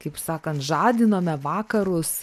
kaip sakant žadinome vakarus